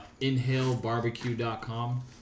inhalebarbecue.com